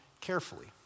carefully